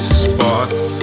spots